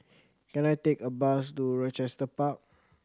can I take a bus to Rochester Park